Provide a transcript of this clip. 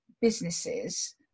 businesses